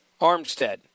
Armstead